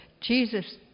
Jesus